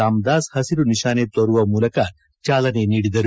ರಾಮದಾಸ್ ಹಸಿರು ನಿಶಾನೆ ತೋರುವ ಮೂಲಕ ಚಾಲನೆ ನೀಡಿದರು